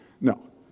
No